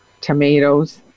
tomatoes